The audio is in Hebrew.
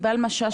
ענבל משש,